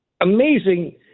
amazing